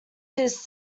his